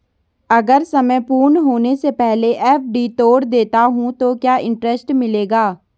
अगर समय पूर्ण होने से पहले एफ.डी तोड़ देता हूँ तो क्या इंट्रेस्ट मिलेगा?